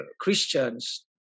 Christians